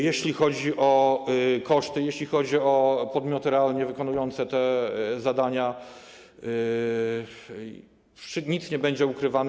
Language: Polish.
Jeśli chodzi o koszty, jeśli chodzi o podmioty realnie wykonujące te zadania, nic nie będzie ukrywane.